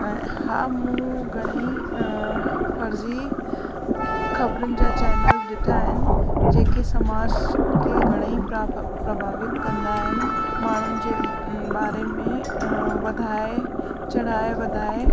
हा मूं घणई फ़र्जी ख़बरुनि जा चैनल ॾिठा आहिनि जेके समाज के घणई प्रभा प्रभावित कंदा आहिनि माण्हुनि जे बारे में वधाए चढ़ाए वधाए